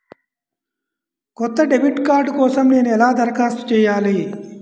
కొత్త debit card కోసం నేను ఎలా దరఖాస్తు చేయాలి?